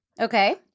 Okay